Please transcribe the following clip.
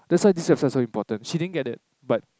that's why this is so important she didn't get it but